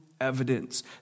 evidence